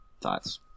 thoughts